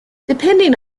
depending